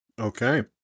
Okay